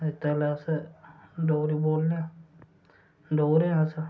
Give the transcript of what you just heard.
इत्त गल्लां अस डोगरी बोलने आं डोगरे आं अस